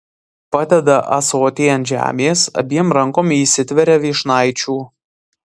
padeda ąsotį ant žemės abiem rankom įsitveria vyšnaičių